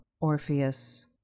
Orpheus